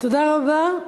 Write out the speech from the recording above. תודה רבה.